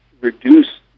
reduce